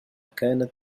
كانت